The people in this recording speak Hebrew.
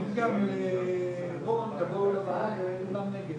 להזמין למיקרופון את מירב דמארי מאגודה